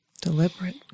deliberate